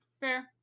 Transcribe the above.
Fair